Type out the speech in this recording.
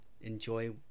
enjoy